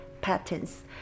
patterns